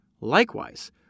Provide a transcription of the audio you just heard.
likewise